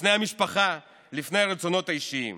לפני המשפחה, לפני הרצונות האישיים.